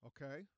Okay